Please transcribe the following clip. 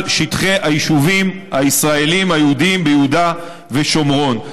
שטחי היישובים הישראליים היהודיים ביהודה ושומרון,